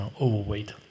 overweight